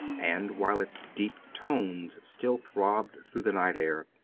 and while its deep tones still throbbed through the night air,